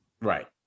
Right